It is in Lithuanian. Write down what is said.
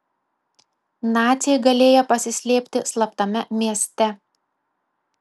naciai galėję pasislėpti slaptame mieste